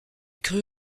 cru